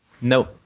no